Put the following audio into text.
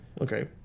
okay